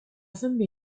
分别